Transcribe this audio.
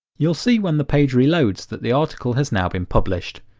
you'll see when the page reloads that the article has now been published.